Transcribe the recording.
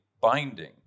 binding